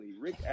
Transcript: Rick